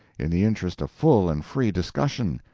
in the interest of full and free discussion,